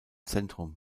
zentrum